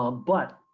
ah but